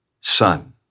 son